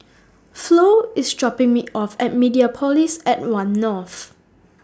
Flo IS dropping Me off At Mediapolis At one North